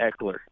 Eckler